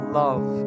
love